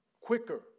quicker